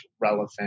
relevant